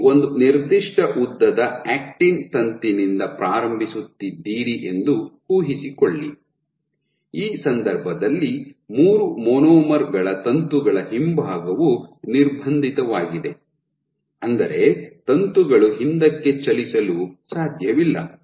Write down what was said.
ನೀವು ಒಂದು ನಿರ್ದಿಷ್ಟ ಉದ್ದದ ಆಕ್ಟಿನ್ ತಂತಿನಿಂದ ಪ್ರಾರಂಭಿಸುತ್ತಿದ್ದೀರಿ ಎಂದು ಊಹಿಸಿಕೊಳ್ಳಿ ಈ ಸಂದರ್ಭದಲ್ಲಿ ಮೂರು ಮೊನೊಮರ್ ಗಳ ತಂತುಗಳ ಹಿಂಭಾಗವು ನಿರ್ಬಂಧಿತವಾಗಿದೆ ಅಂದರೆ ತಂತುಗಳು ಹಿಂದಕ್ಕೆ ಚಲಿಸಲು ಸಾಧ್ಯವಿಲ್ಲ